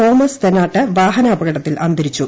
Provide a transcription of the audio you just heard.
Thomas Thennatt വാഹനാപകടത്തിൽ അന്തരിച്ചു